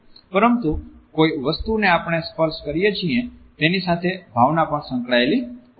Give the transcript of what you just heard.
પરંતુ કોઈ વસ્તુને આપણે સ્પર્શ કરીએ છીએ તેની સાથે ભાવના પણ સંકળાયેલી હોય છે